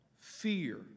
fear